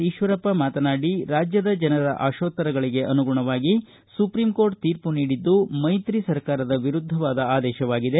ಈಶ್ವರಪ್ಪ ಮಾತನಾಡಿ ರಾಜ್ಯದ ಜನರ ಆಶೋತ್ತರಗಳಿಗೆ ಅನುಗುಣವಾಗಿ ಸುಪ್ರೀಂಕೋರ್ಟ್ ತೀರ್ಮ ನೀಡಿದ್ದು ಮೈತ್ರಿ ಸರ್ಕಾರದ ವಿರುದ್ಧವಾದ ಆದೇಶವಾಗಿದೆ